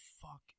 fuck